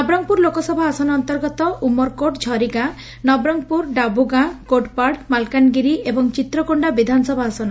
ନବରଙଗପୁର ଲୋକସଭା ଆସନ ଅନ୍ତର୍ଗତ ଉମରକୋଟ ଝରିଗାଁ ନବରଙଗପୁର ଡାବୁଗାଁ କୋଟପାଡ଼ ମାଲକାନଗିରି ଏବଂ ଚିତ୍ରକୋଣ୍ଡା ବିଧାନସଭା ଆସନ